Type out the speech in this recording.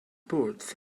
boots